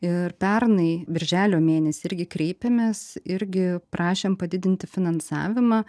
ir pernai birželio mėnesį irgi kreipėmės irgi prašėm padidinti finansavimą